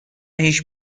هیچ